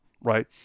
right